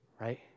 right